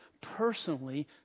personally